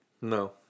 No